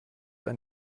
ein